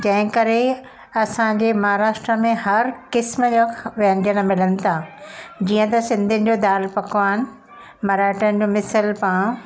जंहिं करे असांजे महाराष्ट्रा में हरि क़िस्म जा ख व्यंजन मिलनि था जीअं त सिंधियुनि जो दाल पकवान मराठनि जो मिसल पॉव